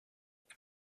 what